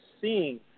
seeing